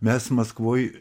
mes maskvoj